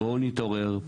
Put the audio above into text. בואו נתעורר,